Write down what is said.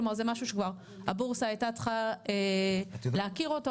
כלומר זה משהו שכבר הבורסה הייתה צריכה להכיר אותו.